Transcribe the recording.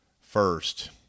first